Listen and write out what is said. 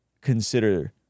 consider